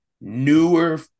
newer